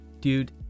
Dude